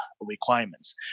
requirements